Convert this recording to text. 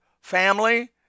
family